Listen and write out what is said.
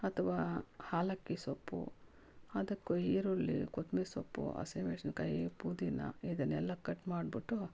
ಅಥ್ವಾ ಹಾಲಕ್ಕಿ ಸೊಪ್ಪು ಅದಕ್ಕು ಈರುಳ್ಳಿ ಕೊತ್ಮಿರಿ ಸೊಪ್ಪು ಹಸಿ ಮೆಣಸಿನ್ಕಾಯಿ ಪುದೀನ ಇದನೆಲ್ಲ ಕಟ್ ಮಾಡಿಬಿಟ್ಟು